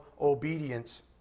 obedience